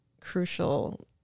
crucial